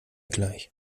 gleich